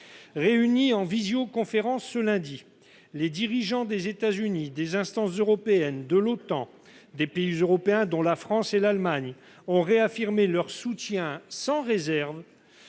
Réunis en visioconférence ce lundi, les dirigeants des États-Unis, des instances européennes, de l'OTAN et de plusieurs pays européens, dont la France et l'Allemagne, ont réaffirmé leur soutien sans réserve